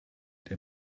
der